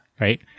Right